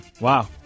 Wow